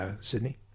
Sydney